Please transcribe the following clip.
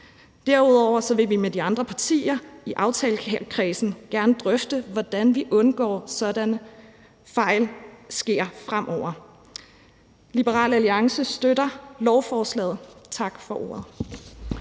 Derudover vil vi med de andre partier i aftalekredsen gerne drøfte, hvordan vi undgår, at sådanne fejl sker fremover. Liberal Alliance støtter lovforslaget. Tak for ordet.